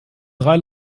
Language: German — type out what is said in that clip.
drei